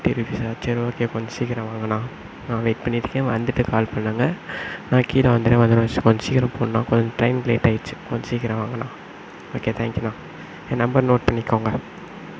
fifty ருபீஸா சரி okay கொஞ்சம் சீக்கிரம் வாங்கண்ணா நான் வெயிட் பண்ணிகிட்ருக்கேன் வந்துவிட்டு கால் பண்ணுங்கள் நான் கீழே வந்துட்றேன் வந்தோடனே கொஞ்சம் சீக்கிரம் போகணும்ணா கொஞ்சம் டைம் லேட் ஆகிடுச்சு கொஞ்சம் சீக்கிரம் வாங்கண்ணா ஓகே தேங்க்யூண்ணா என் நம்பர் நோட் பண்ணிக்கங்க